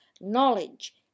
Knowledge